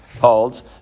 holds